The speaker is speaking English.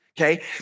okay